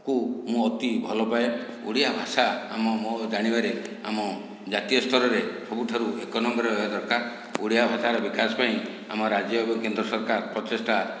କୁ ମୁଁ ଅତି ଭଲ ପାଏ ଓଡ଼ିଆ ଭାଷା ଆମ ମୋ ଜାଣିବାରେ ଆମ ଜାତୀୟ ସ୍ତରରେ ସବୁଠାରୁ ଏକ ନମ୍ବରରେ ରହିବା ଦରକାର ଓଡ଼ିଆ ଭାଷାର ବିକାଶ ପାଇଁ ଆମ ରାଜ୍ୟ ଏବଂ କେନ୍ଦ୍ର ସରକାର ପ୍ରଚେଷ୍ଟା